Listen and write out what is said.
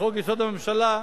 לחוק-יסוד: הממשלה,